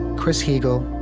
chris heagle,